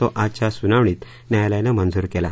तो आजच्या सुनावणीत न्यायालयानं मंजूर केला